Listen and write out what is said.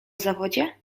zawodzie